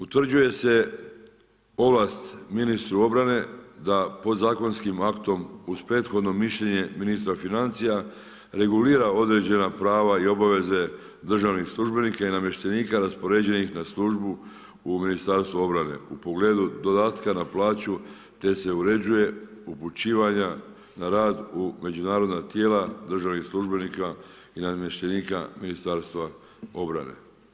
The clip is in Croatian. Utvrđuje se ovlast ministru obrane da podzakonskim aktom uz prethodno mišljenje ministra financija regulira određena prava i obaveze državnih službenika i namještenika raspoređenih na službu u Ministarstvo obrane u pogledu dodatka na plaću te se uređuje upućivanja na rad u međunarodna tijela državnih službenika i namještenika Ministarstva obrane.